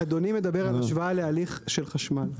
אדוני מדבר על השוואה להליך של חשמל.